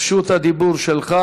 רשות הדיבור שלך.